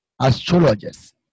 astrologers